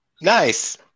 Nice